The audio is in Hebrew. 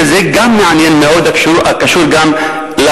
וגם זה מעניין מאוד וקשור גם לדתיים,